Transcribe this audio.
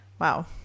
wow